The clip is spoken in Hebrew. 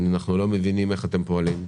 אנחנו לא מבינים איך אתם פועלים.